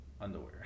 underwear